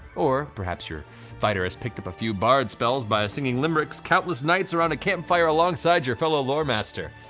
or perhaps your fighter has picked up a few bard spells by singing limericks countless nights around a campfire alongside your fellow loremaster.